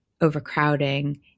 overcrowding